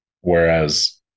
Whereas